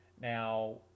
Now